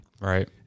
right